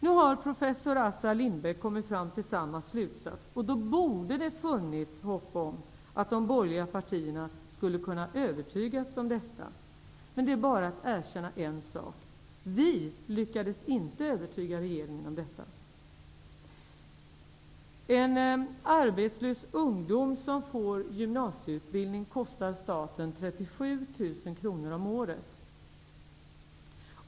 Nu har professor Assar Lindbeck kommit fram till samma slutsats. Då borde det ha funnits hopp om att de borgerliga partierna skulle ha kunnat övertygas om detta. Men det är bara att erkänna en sak: Vi lyckades inte att övertyga regeringen om detta. En arbetslös ungdom som får gymnasieutbildning kostar staten 37 000 kr om året.